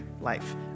life